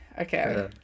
Okay